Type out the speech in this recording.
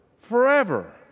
forever